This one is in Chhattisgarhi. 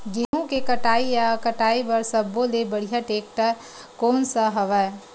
गेहूं के कटाई या कटाई बर सब्बो ले बढ़िया टेक्टर कोन सा हवय?